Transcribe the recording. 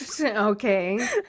Okay